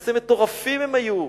איזה מטורפים הם היו.